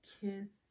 kiss